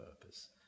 purpose